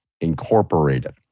incorporated